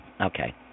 Okay